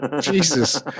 jesus